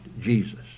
Jesus